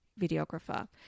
videographer